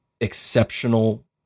exceptional